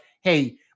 hey